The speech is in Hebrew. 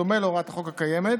בדומה להוראת החוק הקיימת.